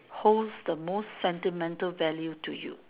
holds the most sentimental value to you